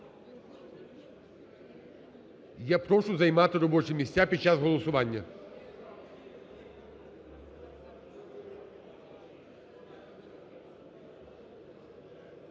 Я прошу займати робочі місця під час голосування.